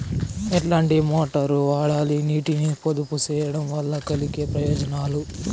ఎట్లాంటి మోటారు వాడాలి, నీటిని పొదుపు సేయడం వల్ల కలిగే ప్రయోజనాలు?